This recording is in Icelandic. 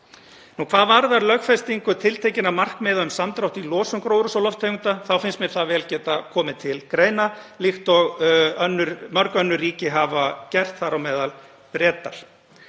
Hvað varðar lögfestingu tiltekinna markmiða um samdrátt í losun gróðurhúsalofttegunda finnst mér það vel geta komið til greina líkt og mörg önnur ríki hafa gert, þar á meðal Bretar.